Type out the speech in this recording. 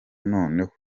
noneho